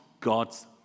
God's